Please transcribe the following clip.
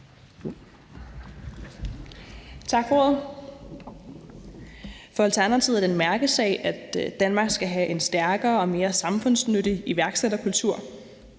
Tak for ordet. For Alternativet er det en mærkesag, at Danmark skal have en stærkere og mere samfundsnyttig iværksætterkultur.